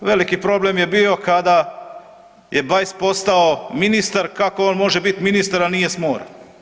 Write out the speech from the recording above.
Veliki problem je bio kada je Bajs postao ministar, kako on može biti ministar a nije s mora.